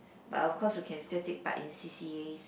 but of course you can still take part in C_C_A